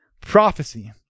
Prophecy